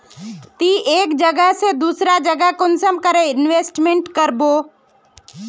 ती एक जगह से दूसरा जगह कुंसम करे इन्वेस्टमेंट करबो?